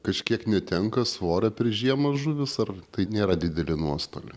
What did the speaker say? kažkiek netenka svorio per žiemą žuvys ar tai nėra didelė nuostoliai